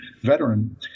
veteran